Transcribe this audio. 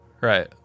Right